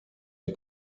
nie